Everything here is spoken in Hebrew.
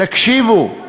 תקשיבו,